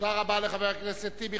תודה רבה לחבר הכנסת טיבי.